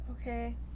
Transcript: okay